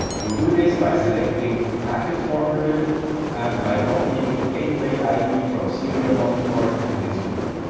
we do this by selecting packet forwarder and by copying the gateway id from serial monitor to this field.